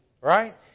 right